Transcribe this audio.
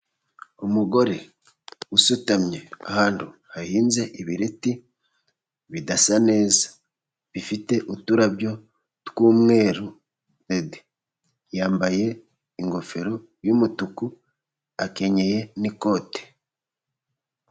Umugore usutamye ahantu hahinze ibireti bidasa neza, bifite uturabyo tw'umweru. Yambaye ingofero y'umutuku akenye n'ikote.